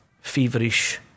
feverish